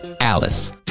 alice